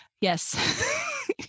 Yes